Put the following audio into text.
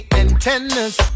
antennas